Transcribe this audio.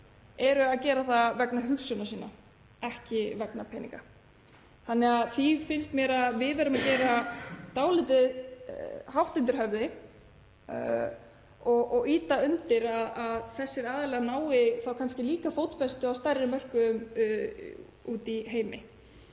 eru að gera það vegna hugsjóna sinna, ekki vegna peninga. Því finnst mér að við verðum að gera þessu dálítið hátt undir höfði og ýta undir að þessir aðilar nái kannski líka fótfestu á stærri mörkuðum úti í heimi.